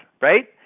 right